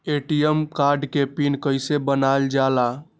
ATM card के PIN कैसे बनावल जाला?